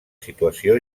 situació